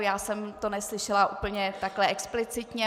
Já jsem to neslyšela takhle explicitně.